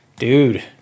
Dude